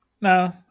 No